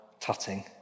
tutting